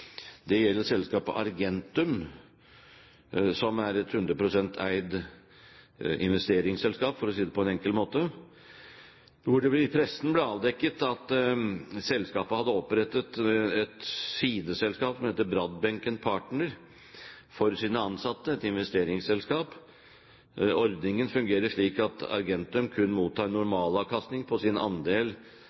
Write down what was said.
Det var selskapet Argentum, som er et 100 pst. statlig eid investeringsselskap – for å si det på en enkel måte. Det ble i pressen avdekket at selskapet har opprettet et sideselskap – et investeringsselskap – som heter Bradbenken Partner, for sine ansatte. Ordningen her fungerer slik at Argentum kun mottar normalavkastning på sin investerte andel